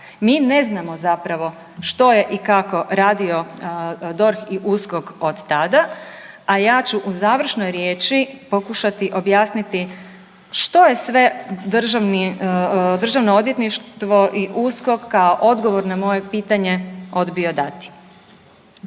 Mi ne znamo zapravo što je i kako radio DORH i USKOK od tada. A ja ću u završnoj riječi pokušati objasniti što je sve Državno odvjetništvo i USKOK kao odgovor na moje pitanje odbio dati.